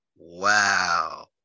Wow